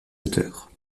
auteurs